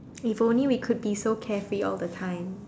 if only we could be so carefree all the time